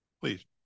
please